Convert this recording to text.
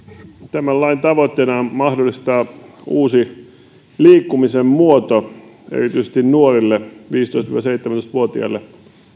tämän lain tavoitteena on mahdollistaa uusi liikkumisen muoto erityisesti nuorille viisitoista viiva seitsemäntoista vuotiaille